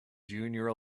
junior